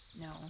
No